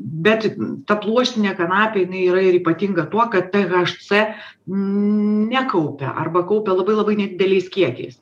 bet ta pluoštinė kanapė jinai yra ir ypatinga tuo kad tė haš cė nekaupia arba kaupia labai labai nedideliais kiekiais